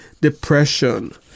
depression